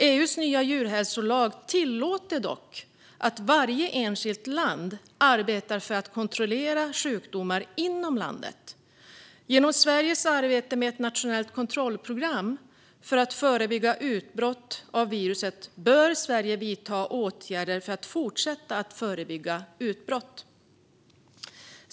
EU:s nya djurhälsolag tillåter dock att varje enskilt land arbetar för att kontrollera sjukdomar inom landet. Genom Sveriges arbete med ett nationellt kontrollprogram för att förebygga utbrott av viruset bör Sverige vidta åtgärder för att fortsätta att förebygga utbrott.